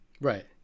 right